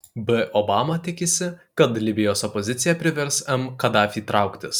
b obama tikisi kad libijos opozicija privers m kadafį trauktis